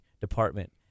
department